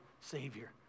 Savior